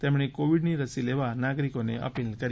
તેમણે કોવિડની રસી લેવા નાગરિકોને અપીલ કરી હતી